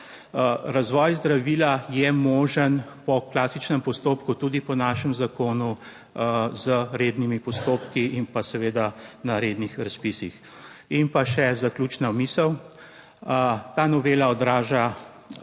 Razvoj zdravila je možen po klasičnem postopku, tudi po našem zakonu, z rednimi postopki in pa seveda na rednih razpisih. In pa še zaključna misel. Ta novela odraža